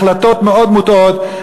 החלטות מאוד מוטעות.